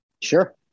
Sure